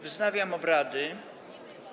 Wznawiam obrady.